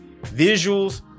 visuals